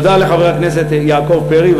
תודה לחבר הכנסת יעקב פרי,